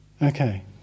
Okay